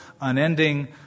unending